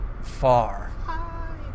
far